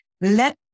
let